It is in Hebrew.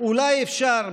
אולי אפשר,